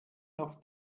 noch